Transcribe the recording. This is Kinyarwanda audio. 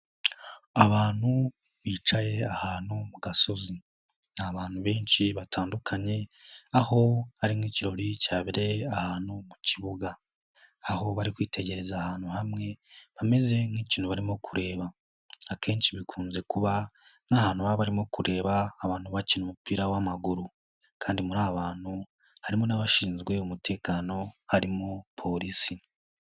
Abantu bicaye ahantu mu gasozi ni abantu benshi batandukanye, aho hari nk'ikirori cyabereye ahantu mu kibuga, aho bari kwitegereza ahantu hamwe bameze nk'ikintu barimo kureba, akenshi bikunze nk'ahantu baba barimo kureba abantu bakina umupira w'amaguru, kandi muri aba bantu harimo n'abashinzwe umutekano harimo polisi.